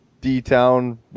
D-Town